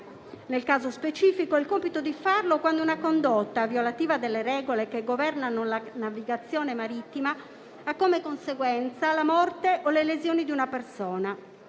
Nel caso specifico, ha il compito di farlo quando una condotta violativa delle regole che governano la navigazione marittima ha come conseguenza la morte o le lesioni di una persona.